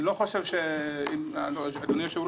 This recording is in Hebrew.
אדוני היושב-ראש,